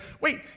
wait